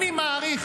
ובג"ץ מאריך.